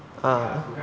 ah